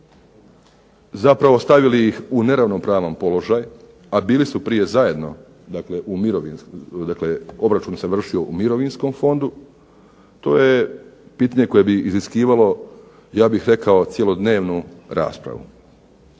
zapravo stavili ih u neravnopravan položaj, a bili su prije zajedno, dakle u mirovinskom, dakle obračun se vršio u Mirovinskom fondu, to je pitanje koje bi iziskivalo, ja bih rekao, cjelodnevnu raspravu.